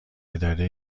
اداره